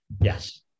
yes